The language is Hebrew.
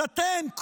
אז אתם,